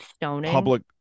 public